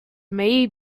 may